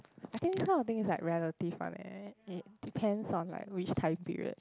I think nowadays like relative one eh it depends on like which time period